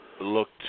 looked